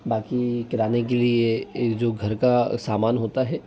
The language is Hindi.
बाकी किराने के लिए जो घर का सामान होता है